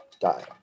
die